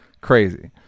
crazy